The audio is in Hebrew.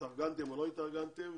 התארגנתם או לא התארגנתם,